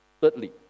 Thirdly